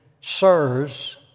Sirs